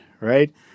right